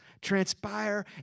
transpire